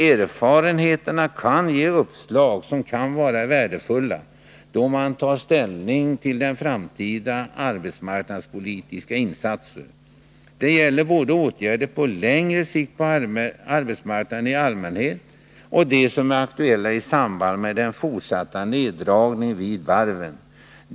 Erfarenheterna kan ge uppslag som kan vara värdefulla då man skall ta ställning till framtida arbetsmarknadspolitiska insatser. Det gäller både åtgärder på längre sikt på arbetsmarknaden i allmänhet och de åtgärder som är aktuella i samband med den fortsatta neddragningen vid varven.